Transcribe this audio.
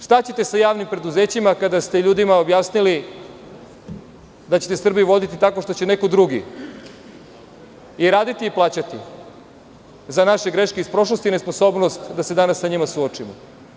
Šta ćete sa javnim preduzećima kada ste ljudima objasnili da ćete Srbiju voditi tako što će neko drugi i raditi i plaćati za naše greške iz prošlosti i nesposobnost da se danas sa njima suočimo?